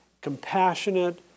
compassionate